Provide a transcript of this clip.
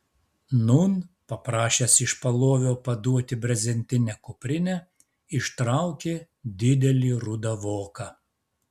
nūn paprašęs iš palovio paduoti brezentinę kuprinę ištraukė didelį rudą voką